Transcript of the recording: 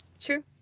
true